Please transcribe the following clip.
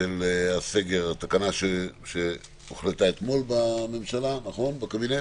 של הסגר תקנה שהוחלטה אתמול בקבינט?